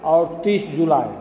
और तीस जुलाई